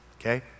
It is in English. okay